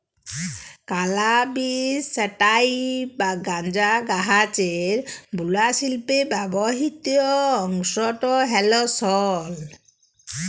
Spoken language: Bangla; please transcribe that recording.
ক্যালাবিস স্যাটাইভ বা গাঁজা গাহাচের বুলা শিল্পে ব্যাবহিত অংশট হ্যল সল